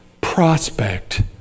prospect